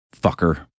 Fucker